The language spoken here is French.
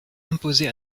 imposée